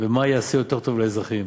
ומה יעשה יותר טוב לאזרחים.